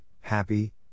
happy